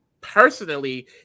personally